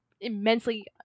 immensely